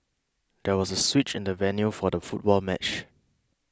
there was a switch in the venue for the football match